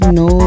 no